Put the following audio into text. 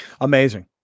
Amazing